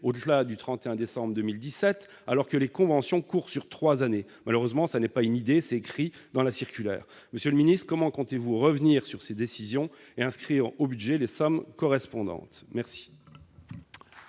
au-delà du 31 décembre 2017, alors que les conventions courent sur trois années. Malheureusement, ce n'est pas qu'une idée, puisque c'est écrit dans la circulaire. Monsieur le ministre, comment comptez-vous revenir sur ces décisions et inscrire au budget les sommes correspondantes ? La